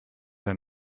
der